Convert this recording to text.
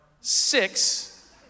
six